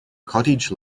cottage